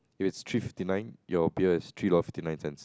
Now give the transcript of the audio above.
it's three fifty nine your beer is three dollars fifty nine cents